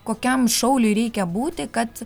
kokiam šauliui reikia būti kad